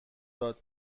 داد